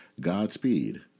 Godspeed